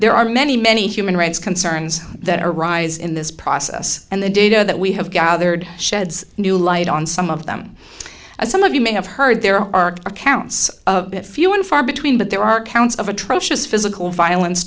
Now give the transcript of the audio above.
there are many many human rights concerns that arise in this process and the data that we have gathered sheds new light on some of them as some of you may have heard there are accounts of few and far between but there are counts of atrocious physical violence